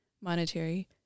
monetary